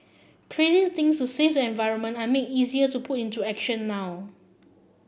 crazy things to save the environment are made easier to put into action now